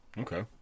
Okay